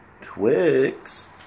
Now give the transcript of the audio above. Twix